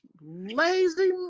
lazy